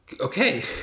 okay